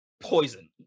poison